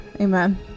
Amen